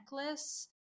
necklace